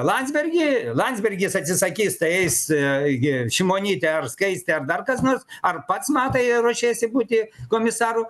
landsbergį landsbergis atsisakys tai eis šimonytė ar skaistė ar dar kas nors ar pats matai ruošiesi būti komisaru